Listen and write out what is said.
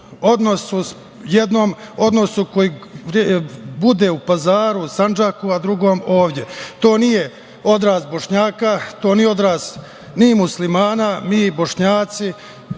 odnosu, jednom odnosu koji bude u Pazaru, Sandžaku, a drugom ovde. To nije odraz Bošnjaka, to nije odraz ni muslimana. Mi Bošnjaci